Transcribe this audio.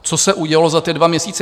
Co se udělalo za ty dva měsíce?